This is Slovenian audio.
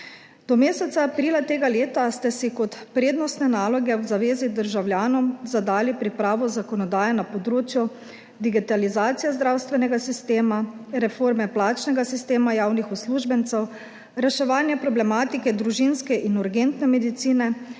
Do meseca aprila tega leta ste si kot prednostne naloge v zavezi državljanom zadali pripravo zakonodaje na področju digitalizacije zdravstvenega sistema, reforme plačnega sistema javnih uslužbencev, reševanja problematike družinske in urgentne medicine,